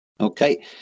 Okay